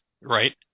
right